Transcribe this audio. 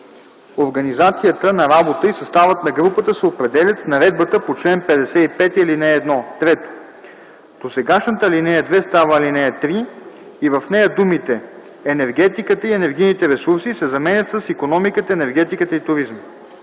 Организацията на работа и съставът на групата се определят с наредбата по чл. 55, ал. 1.” 3. Досегашната ал. 2 става ал. 3 и в нея думите „енергетиката и енергийните ресурси” се заменят с „икономиката, енергетиката и туризма”.